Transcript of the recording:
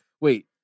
Wait